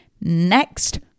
Next